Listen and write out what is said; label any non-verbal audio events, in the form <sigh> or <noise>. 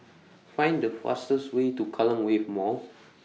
<noise> Find The fastest Way to Kallang Wave Mall